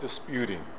disputing